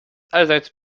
allseits